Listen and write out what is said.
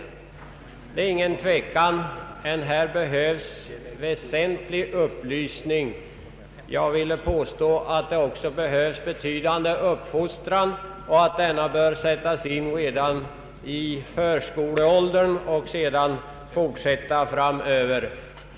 Det är ingen tvekan om att det behövs omfattande upplysning på detta område. Jag vill påstå att det också behövs en betydande uppfostran som bör sättas in redan i förskoleåldern och fortsätta framöver.